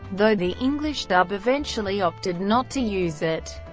though the english dub eventually opted not to use it,